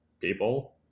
people